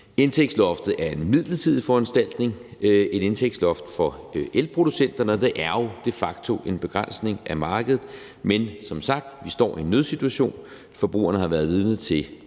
Indtægtsloftet er en midlertidig foranstaltning, et indtægtsloft for elproducenterne, og det er jo de facto en begrænsning af markedet, men som sagt står vi i en nødsituation, og forbrugerne har været vidne til